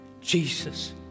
Jesus